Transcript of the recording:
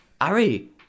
Ari